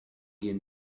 gehen